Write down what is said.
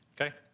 Okay